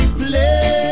play